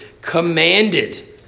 commanded